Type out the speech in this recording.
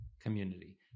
community